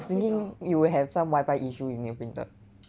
I was thinking you will have some wifi issue you need the printer